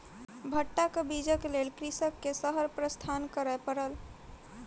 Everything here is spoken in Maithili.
भट्टा बीजक लेल कृषक के शहर प्रस्थान करअ पड़ल